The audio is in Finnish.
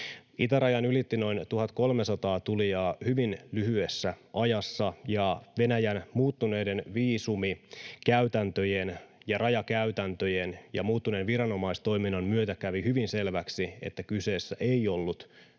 Itärajan ylitti noin 1 300 tulijaa hyvin lyhyessä ajassa, ja Venäjän muuttuneiden viisumikäytäntöjen ja rajakäytäntöjen ja muuttuneen viranomaistoiminnan myötä kävi hyvin selväksi, että kyseessä ei ollut